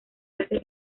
hace